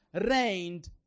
reigned